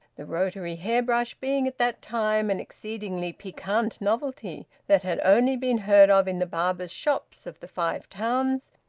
the rotary hairbrush being at that time an exceedingly piquant novelty that had only been heard of in the barbers' shops of the five towns,